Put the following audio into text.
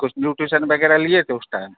कुछ न्यूट्रिशन वगैरह लिए थे उस टाइम